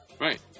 right